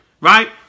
right